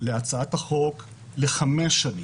להצעת החוק לחמש שנים,